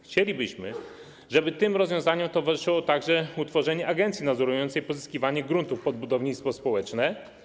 Chcielibyśmy, żeby tym rozwiązaniom towarzyszyło także utworzenie agencji nadzorującej pozyskiwanie gruntów pod budownictwo społeczne.